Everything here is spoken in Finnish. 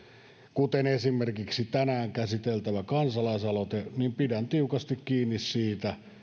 kuten esimerkiksi tänään käsiteltävä kansalaisaloite pidän tiukasti kiinni siitä